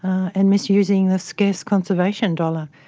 and misusing the scarce conservation dollar.